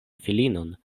filinon